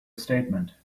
statement